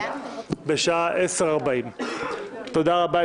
בשעה 10:40. תודה רבה,